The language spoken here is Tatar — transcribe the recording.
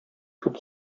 күп